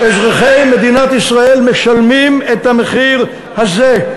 אזרחי מדינת ישראל משלמים את המחיר הזה.